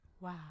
Wow